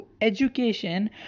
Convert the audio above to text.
education